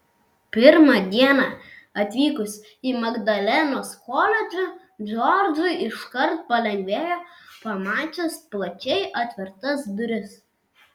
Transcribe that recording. pirmą dieną atvykus į magdalenos koledžą džordžui iškart palengvėjo pamačius plačiai atvertas duris